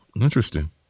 Interesting